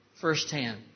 firsthand